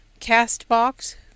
CastBox